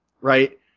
Right